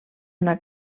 una